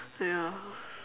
ya